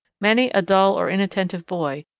many a dull or inattentive boy,